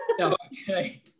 okay